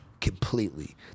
Completely